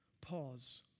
pause